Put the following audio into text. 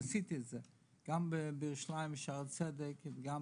ועשיתי את זה גם בירושלים בשערי צדק, גם